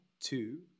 two